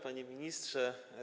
Panie Ministrze!